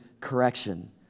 correction